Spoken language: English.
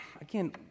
again